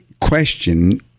question